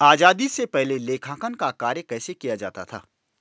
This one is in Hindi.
आजादी से पहले लेखांकन का कार्य कैसे किया जाता था?